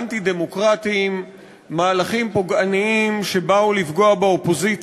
מה שאני רק אומר,